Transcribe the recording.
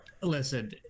listen